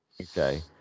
Okay